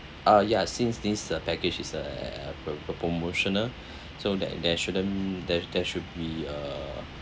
uh ya since this uh package is a pro~ promotional so that there shouldn't there there should be a